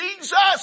Jesus